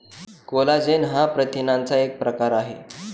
collagen हा प्रथिनांचा एक प्रकार आहे